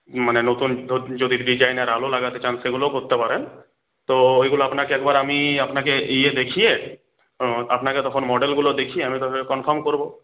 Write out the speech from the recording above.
মানে নতুন যদি ডিজাইনার আলো লাগাতে চান সেগুলোও করতে পারেন তো ওইগুলো আপনাকে একবার আমি আপনাকে ইয়ে দেখিয়ে আপনাকে তখন মডেলগুলো দেখিয়ে আমি তাহলে কনফার্ম করবো